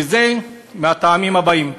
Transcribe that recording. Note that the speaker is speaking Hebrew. וזה מהטעמים האלה: